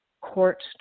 court